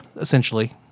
essentially